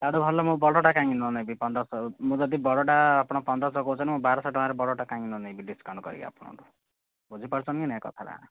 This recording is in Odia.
ତାଠୁ ଭଲ ମୁଁ ବଡ଼ଟା କାହିଁକି ନନେବି ପନ୍ଦରଶହ ମୁଁ ଯଦି ବଡ଼ଟା ଆପଣ ପନ୍ଦରଶହ କହୁଛନ୍ତି ବାରଶହ ଟଙ୍କାରେ ବଡ଼ଟା କାହିଁକି ନନେବି ଡିସ୍କାଉଣ୍ଟ କରିକି ଆପଣଙ୍କଠୁ ବୁଝିପାରୁଚନ୍ତି କି ନାହିଁ କଥାଟା